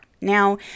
Now